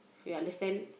you understand